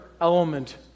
element